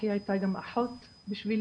היא הייתה גם אחות בשבילי,